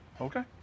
Okay